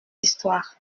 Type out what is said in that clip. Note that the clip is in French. histoire